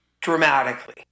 dramatically